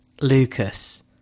Lucas